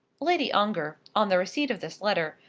lady ongar, on the receipt of this letter,